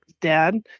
dad